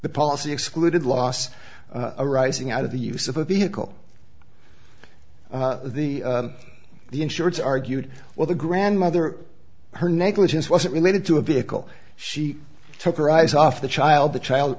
the policy excluded loss arising out of the use of a vehicle the the insurance argued well the grandmother her negligence wasn't related to a vehicle she took her eyes off the child the child